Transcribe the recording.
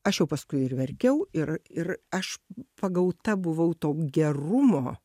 aš jau paskui ir verkiau ir ir aš pagauta buvau to gerumo